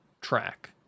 track